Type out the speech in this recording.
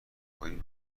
کنیم